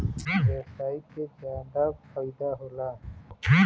व्यवसायी के जादा फईदा होला